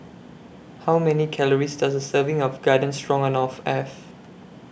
How Many Calories Does A Serving of Garden Stroganoff Have